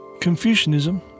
Confucianism